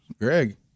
Greg